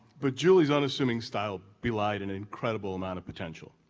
but julie's unassuming style belied an incredible amount of potential,